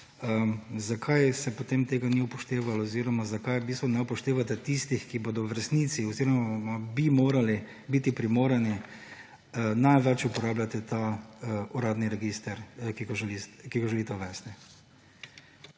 zakaj se potem tega ni upoštevalo oziroma zakaj ne upoštevate tistih, ki bodo v resnici oziroma bi morali biti primorani največ uporabljati uradni register, ki ga želite uvesti?